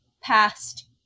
past